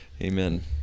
Amen